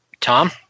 Tom